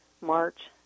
March